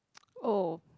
oh